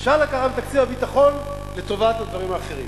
אפשר לקחת מתקציב הביטחון לטובת הדברים האחרים.